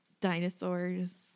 dinosaurs